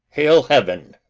hail, heaven!